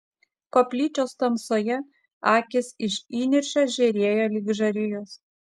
koplyčios tamsoje akys iš įniršio žėrėjo lyg žarijos